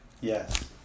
yes